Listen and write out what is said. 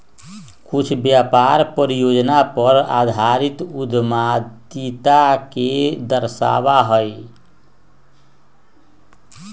कुछ व्यापार परियोजना पर आधारित उद्यमिता के दर्शावा हई